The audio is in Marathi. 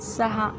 सहा